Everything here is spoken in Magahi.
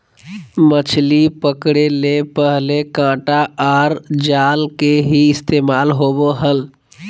मछली पकड़े ले पहले कांटा आर जाल के ही इस्तेमाल होवो हल